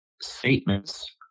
statements